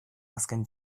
azken